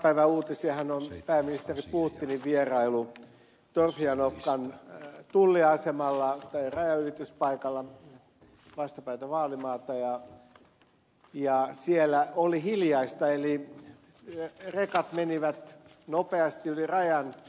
tämän päivän uutisiahan on pääministeri putinin vierailu torfjanovkan tulliasemalla tai rajanylityspaikalla vastapäätä vaalimaata ja siellä oli hiljaista eli rekat menivät nopeasti yli rajan